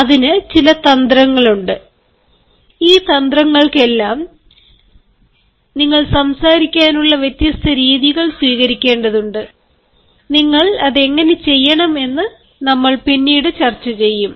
അതിന് ചില തന്ത്രങ്ങളുണ്ട് ഈ തന്ത്രങ്ങൾക്കെല്ലാം നിങ്ങൾ സംസാരിക്കാനുള്ള വ്യത്യസ്ത രീതികൾ സ്വീകരിക്കേണ്ടതുണ്ട് നിങ്ങൾ അത് എങ്ങനെ ചെയ്യണം എന്ന് നമ്മൾ പിന്നീട് ചർച്ച ചെയ്യും